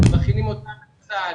מכינים אותם לצה"ל,